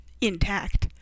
intact